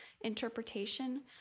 interpretation